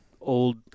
old